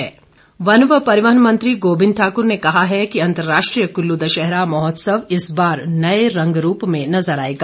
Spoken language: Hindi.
गोविंद ठाकुर वन व परिवहन मंत्री गोविंद ठाकूर ने कहा है कि अंतर्राष्ट्रीय कुल्लू दशहरा महोत्सव इस बार नये रंग रूप में नज़र आएगा